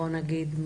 בוא נגיד,